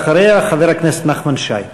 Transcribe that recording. ואחריה, חבר הכנסת נחמן שי.